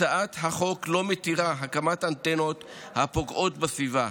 הצעת החוק לא מתירה הקמת אנטנות הפוגעות בסביבה,